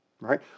right